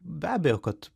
be abejo kad